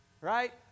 Right